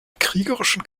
kriegerischen